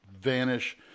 vanish